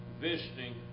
visiting